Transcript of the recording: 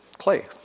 clay